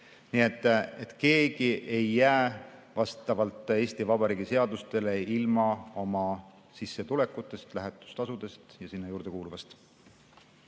Nii et keegi ei jää vastavalt Eesti Vabariigi seadustele ilma oma sissetulekutest, lähetustasudest ja sinna juurde kuuluvast.